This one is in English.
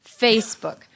Facebook